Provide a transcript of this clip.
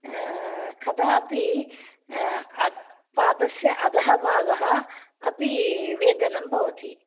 कदापि अ पादस्य अधः भागः अपि वेदनं भवति